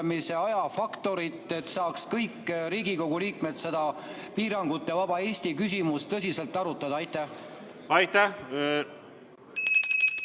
Aitäh,